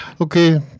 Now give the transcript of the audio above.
Okay